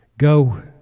Go